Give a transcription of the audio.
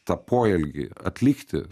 tą poelgį atlikti